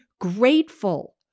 grateful